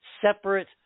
separate